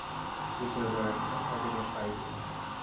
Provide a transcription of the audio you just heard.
ᱵᱩᱡᱷᱟᱹᱣ ᱵᱟᱲᱟ ᱠᱮᱫᱟ ᱟᱹᱰᱤ ᱱᱟᱯᱟᱭ ᱜᱮ